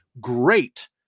great